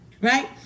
right